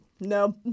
no